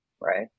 right